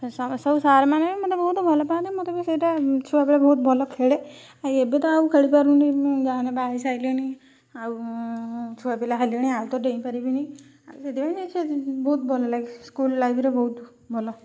ସବୁ ସାର୍ ମାନେ ମୋତେ ବହୁତ ଭଲପାଆନ୍ତି ମୋତେ ବି ସେଇଟା ଛୁଆବେଳେ ବହୁତ ଭଲ ଖେଳେ ଏବେ ତ ଆଉ ଖେଳିପାରୁନି ମୁଁ ଯାହାହେଲେ ବି ବାହା ହେଇସାରିଲିଣି ଆଉ ଛୁଆ ପିଲା ହେଲେଣି ଆଉ ତ ଡେଇଁ ପାରିବିନି ଆଉ ସେଥିପାଇଁ ସେ ବହୁତ ଭଲ ଲାଗେ ସ୍କୁଲ ଲାଇଫ୍ରେ ବହୁତ ଭଲ